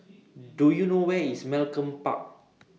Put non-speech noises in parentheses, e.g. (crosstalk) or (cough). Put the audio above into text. (noise) Do YOU know Where IS Malcolm Park